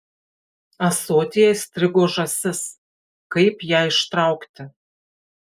ąsotyje įstrigo žąsis kaip ją ištraukti